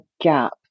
gap